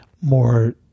more